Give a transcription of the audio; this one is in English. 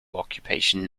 occupation